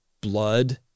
blood